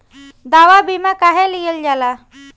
दवा बीमा काहे लियल जाला?